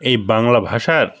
এই বাংলা ভাষার